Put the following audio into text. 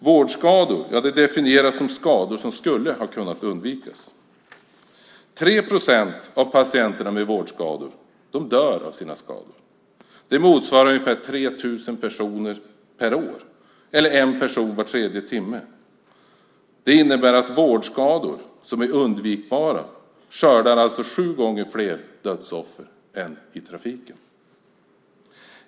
Vårdskador definieras som skador som skulle ha kunnat undvikas. 3 procent av patienterna med vårdskador dör av sina skador. Det motsvarar ungefär 3 000 personer per år eller en person var tredje timme. Det innebär att vårdskador som är undvikbara skördar sju gånger fler dödsoffer än trafiken.